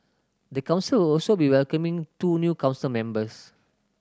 the council will also be welcoming two new council members